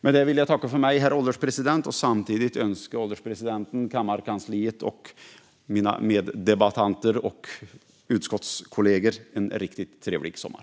Med detta vill jag tacka för mig, herr ålderspresident, och samtidigt önska ålderspresidenten, kammarkansliet, mina meddebattörer och utskottskollegor en riktigt trevlig sommar.